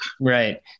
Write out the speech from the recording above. Right